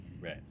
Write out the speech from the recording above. right